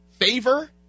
favor